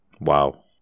Wow